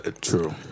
True